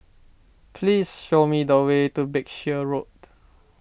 please show me the way to Berkshire Road